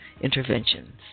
Interventions